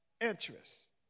interest